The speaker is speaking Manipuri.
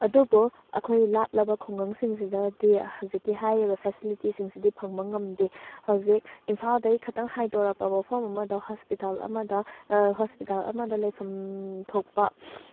ꯑꯗꯨꯕꯨ ꯑꯩꯈꯣꯏꯒꯤ ꯂꯥꯞꯂꯕ ꯈꯨꯡꯒꯪꯁꯤꯡꯁꯤꯗꯗꯤ ꯍꯧꯖꯤꯛꯀꯤ ꯍꯥꯏꯔꯤꯕ ꯐꯦꯁꯤꯂꯤꯇꯤꯁꯤꯡꯁꯤꯗꯤ ꯐꯪꯕ ꯉꯝꯗꯦ ꯍꯧꯖꯤꯛ ꯏꯝꯐꯥꯜꯗꯩ ꯈꯤꯇꯪ ꯍꯥꯏꯗꯣꯔꯛꯄ ꯃꯐꯝ ꯑꯃꯗ ꯍꯣꯁꯄꯤꯇꯥꯜ ꯑꯃꯗ ꯍꯣꯁꯄꯤꯇꯥꯜ ꯑꯃꯗ ꯂꯩꯐꯝ ꯊꯣꯛꯄ